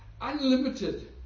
Unlimited